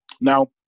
Now